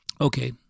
Okay